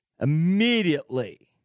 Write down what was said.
immediately